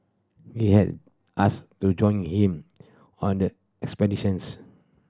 he had asked to join him on the expedition